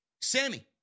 Sammy